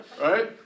right